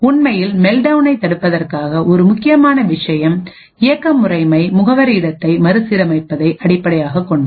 உண்மையில் மெல்ட்டவுனைத் தடுப்பதற்கான ஒரு முக்கியமான விஷயம் இயக்க முறைமை முகவரி இடத்தை மறுசீரமைப்பதை அடிப்படையாகக் கொண்டது